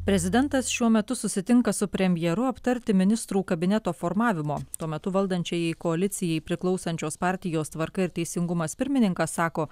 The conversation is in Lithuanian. prezidentas šiuo metu susitinka su premjeru aptarti ministrų kabineto formavimo tuo metu valdančiajai koalicijai priklausančios partijos tvarka ir teisingumas pirmininkas sako